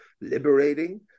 liberating